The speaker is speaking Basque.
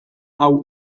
hau